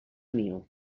mil